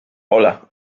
hola